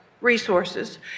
resources